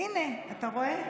הינה, אתה רואה?